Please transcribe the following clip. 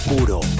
Puro